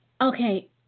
okay